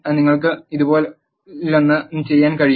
നിങ്ങൾക്ക് ഇതുപോലൊന്ന് ചെയ്യാൻ കഴിയുമോ